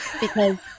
because-